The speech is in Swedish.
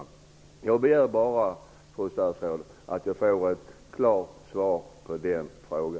Jag begär bara, fru statsrådet, att få ett klart svar på denna fråga.